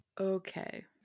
Okay